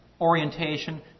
orientation